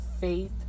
faith